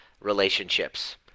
relationships